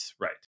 right